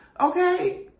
Okay